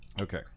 Okay